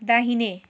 दाहिने